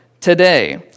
today